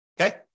okay